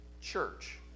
church